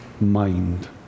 mind